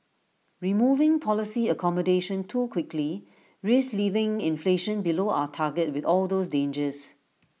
removing policy accommodation too quickly risks leaving inflation below our target with all those dangers